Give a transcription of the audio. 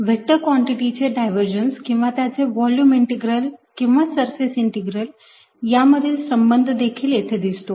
vector कॉन्टिटीचे divergence किंवा त्याचे व्हॉल्युम इंटिग्रल किंवा सरफेस इंटीग्रल यामधील संबंध देखील येथे दिसतो